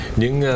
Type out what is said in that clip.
những